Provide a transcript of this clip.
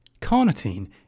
Carnitine